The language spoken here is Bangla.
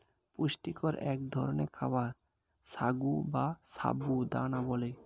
পুষ্টিকর এক ধরনের খাবার সাগু বা সাবু দানা বলে